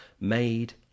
Made